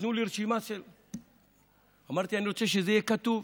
נתנו לי רשימה, אמרתי: אני רוצה שזה יהיה כתוב,